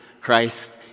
Christ